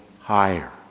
higher